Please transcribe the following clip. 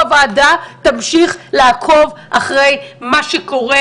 הוועדה תמשיך לעקוב אחרי מה שקורה,